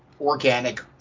organic